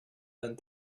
and